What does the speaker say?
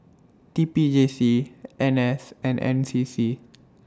T P J C N S and N C C